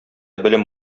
белем